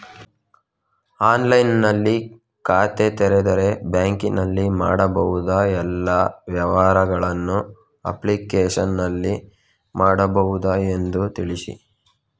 ಆನ್ಲೈನ್ನಲ್ಲಿ ಖಾತೆ ತೆರೆದರೆ ಬ್ಯಾಂಕಿನಲ್ಲಿ ಮಾಡಬಹುದಾ ಎಲ್ಲ ವ್ಯವಹಾರಗಳನ್ನು ಅಪ್ಲಿಕೇಶನ್ನಲ್ಲಿ ಮಾಡಬಹುದಾ ಎಂದು ತಿಳಿಸಿ?